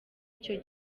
icyo